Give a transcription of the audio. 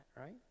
right